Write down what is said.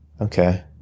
okay